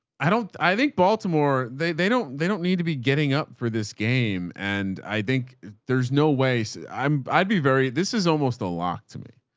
i don't, i think baltimore, they, they don't, they don't need to be getting up for this game. and i think there's no way so i'm, i'd be very, this is almost a lock to me.